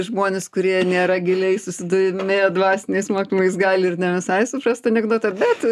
žmonės kurie nėra giliai susidomėję dvasiniais mokymais gali ir ne visai suprast anekdotą bet